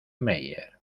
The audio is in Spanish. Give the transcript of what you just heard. mayer